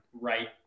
right